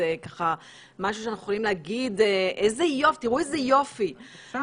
משהו שאנחנו יכולים להגיד: תראו איזה יופי --- אפשר,